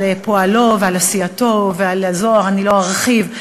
על פועלו ועל עשייתו ועל הזוהר אני לא ארחיב,